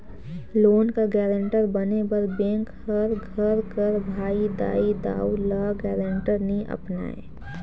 loan कर guarantor बने बर बेंक हर घर कर भाई, दाई, दाऊ, ल गारंटर नी अपनाए